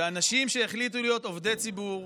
שהאנשים שהחליטו להיות עובדי ציבור,